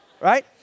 right